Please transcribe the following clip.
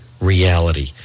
reality